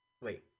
wait